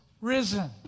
risen